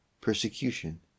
persecution